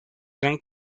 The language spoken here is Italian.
gran